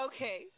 Okay